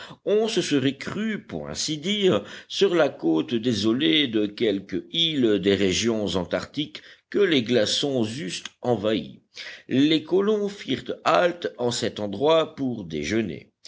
on se serait cru pour ainsi dire sur la côte désolée de quelque île des régions antarctiques que les glaçons eussent envahie les colons firent halte en cet endroit pour déjeuner